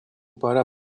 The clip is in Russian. пора